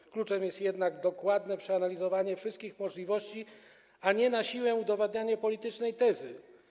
Jednak kluczem jest dokładne przeanalizowanie wszystkich możliwości, a nie na siłę udowadnianie politycznej tezy.